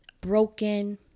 broken